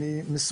יש